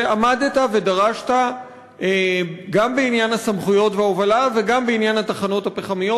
ועמדת ודרשת גם בעניין הסמכויות וההובלה וגם בעניין התחנות הפחמיות.